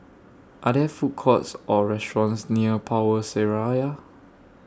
Are There Food Courts Or restaurants near Power Seraya